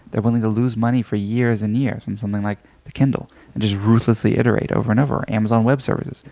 they're willing to lose money for years and years on and something like the kindle and just ruthlessly iterate over and over amazon web services.